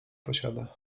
posiada